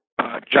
John